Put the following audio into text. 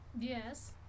Yes